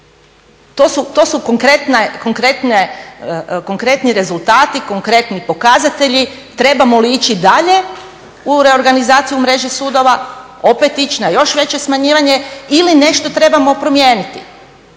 To su konkretni rezultati, konkretni pokazatelji trebamo li ići dalje u reorganizaciju mreže sudova, opet ići na još veće smanjivanje ili nešto trebamo promijeniti.